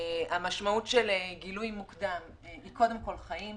המשמעות של גילוי מוקדם היא קודם כל חיים,